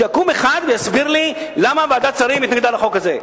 שיקום אחד ויסביר לי למה ועדת השרים התנגדה לחוק הזה,